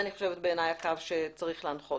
אני חושבת שבעיניי זה הקו שצריך להנחות.